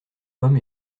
homme